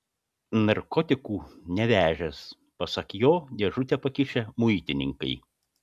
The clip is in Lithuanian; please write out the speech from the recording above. narkotikų nevežęs pasak jo dėžutę pakišę muitininkai